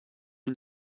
une